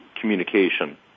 communication